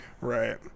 Right